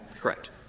Correct